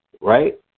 right